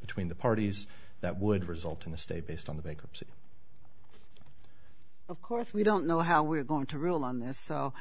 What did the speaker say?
between the parties that would result in the state based on the bankruptcy of course we don't know how we're going to rule on this so